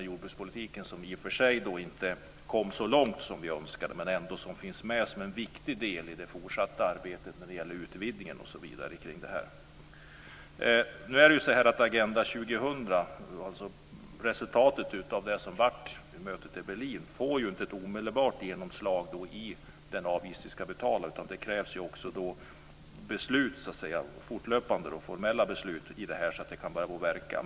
Jordbrukspolitiken kom i och för sig inte så långt som vi önskade, men finns ändå med som en viktig del i det fortsatta arbetet när det gäller utvidgningen osv. kring det här. Nu är det så här att Agenda 2000, alltså resultatet av mötet i Berlin ju inte omedelbart får genomslag i den avgift vi ska betala. Det krävs ju också formella beslut fortlöpande i det här så att det kan börja verka.